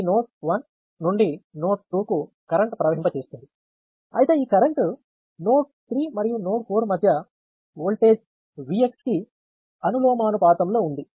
ఇది నోడ్ 1 నుండి నోడ్ 2 కు కరెంట్ ప్రవహింప చేస్తోంది అయితే ఈ కరెంట్ నోడ్ 3 మరియు నోడ్ 4 మధ్య వోల్టేజ్ Vx కి అనులోమానుపాతంలో ఉంది